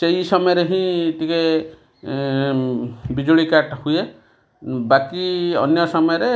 ସେଇ ସମୟରେ ହିଁ ଟିକେ ବିଜୁଳି କାଟ୍ ହୁଏ ବାକି ଅନ୍ୟ ସମୟରେ